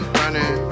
running